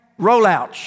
rollouts